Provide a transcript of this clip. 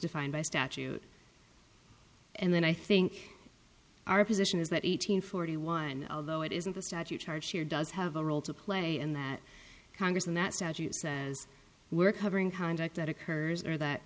defined by statute and then i think our position is that eight hundred forty one although it is in the statute charged here does have a role to play in that congress and that statute says we're covering conduct that occurs or that